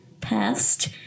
past